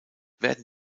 werden